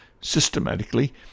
systematically